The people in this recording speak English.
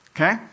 okay